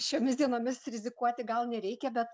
šiomis dienomis rizikuoti gal nereikia bet